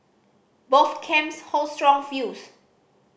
both camps hold strong views